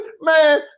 Man